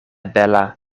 bela